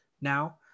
now